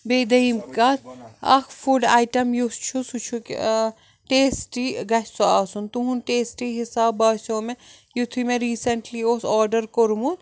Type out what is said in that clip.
بیٚیہِ دٔیِم کَتھ اَکھ فُڈ آیٹَم یُس چھُ سُہ چھُکھ ٹیسٹی گَژھِ سُہ آسُن تُہُنٛد ٹیسٹی حِساب باسیٚو مےٚ یُتھُے مےٚ ریٖسٮ۪نٛٹلی اوس آرڈر کوٚرمُت